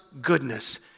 goodness